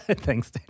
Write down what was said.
Thanks